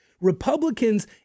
Republicans